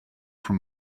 from